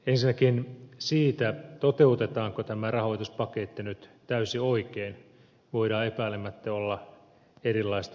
ensinnäkin siitä toteutetaanko tämä rahoituspaketti nyt täysin oikein voidaan epäilemättä olla erilaistakin mieltä